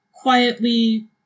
quietly